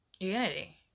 Unity